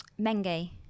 Menge